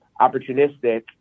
opportunistic